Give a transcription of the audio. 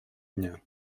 дня